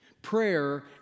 Prayer